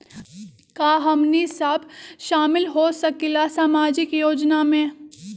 का हमनी साब शामिल होसकीला सामाजिक योजना मे?